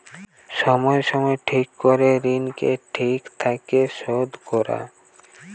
সময় সময় ঠিক করে ঋণকে ঠিক থাকে শোধ করা